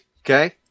okay